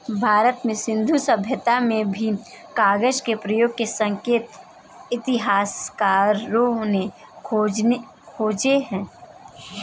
भारत में सिन्धु सभ्यता में भी कागज के प्रयोग के संकेत इतिहासकारों ने खोजे हैं